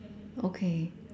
okay